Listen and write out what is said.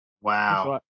Wow